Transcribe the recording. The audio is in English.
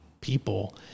people